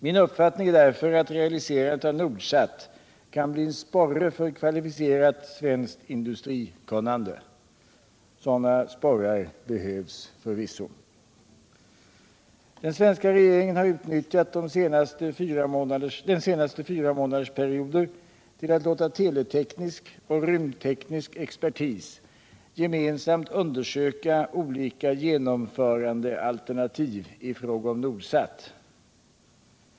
Min uppfattning är därför att realiserandet av NORDSAT kan bli en sporre för kvalificerat svenskt industrikunnande. Sådana sporrar behövs förvisso. Den svenska regeringen har utnyttjat den senaste fyramånadersperioden till att låta teleteknisk och rymdteknisk expertis gemensamt undersöka olika genomförandealternativ i fråga om NORDSAT.